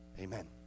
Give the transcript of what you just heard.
amen